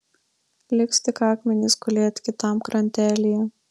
liks tik akmenys gulėt kitam krantelyje